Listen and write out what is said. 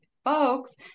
Folks